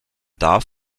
darf